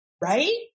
right